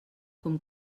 com